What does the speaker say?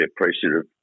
appreciative